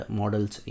models